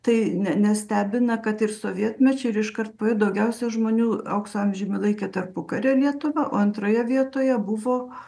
tai ne nestebina kad ir sovietmečiu ir iškart po jo daugiausia žmonių aukso amžiumi laikė tarpukario lietuvą o antroje vietoje buvo